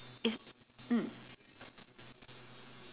mm